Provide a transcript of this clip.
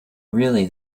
really